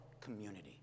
community